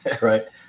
right